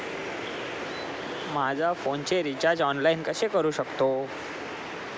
माझ्या फोनचे recharge online कसे करू शकतो?